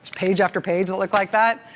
page after page that looked like that.